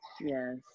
Yes